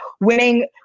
Winning